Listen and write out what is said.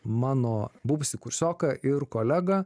mano buvusį kursioką ir kolegą